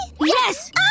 Yes